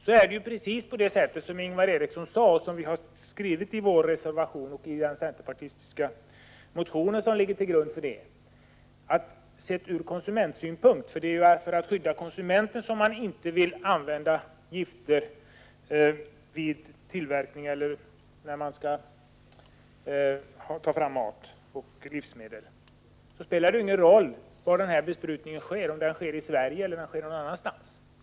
Det förhåller sig precis så som Ingvar Eriksson sade och som vi framhållit i reservationen och i den centerpartistiska motion som ligger till grund för reservationen. Det är ju för att skydda konsumenten som vi inte vill använda gifter i samband med framställning av matvaror. Det spelar då ingen roll var denna besprutning sker — om den sker i Sverige eller någon annanstans.